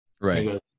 Right